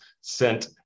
sent